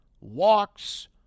walks